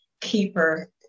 keeper